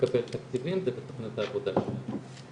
נקבל תקציבים, זה בתכניות העבודה שלנו.